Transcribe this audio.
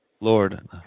Lord